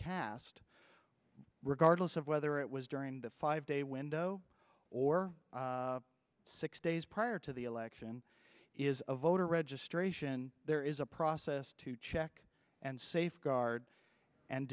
cast regardless of whether it was during the five day window or six days prior to the election is a voter registration there is a process to check and safeguard and